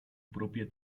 propia